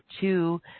two